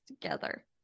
together